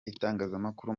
itangazamakuru